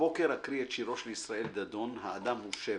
הבוקר אקריא את שירו של ישראל דדון "האדם הוא שבר".